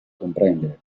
comprendere